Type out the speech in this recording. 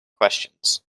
questions